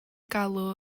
galw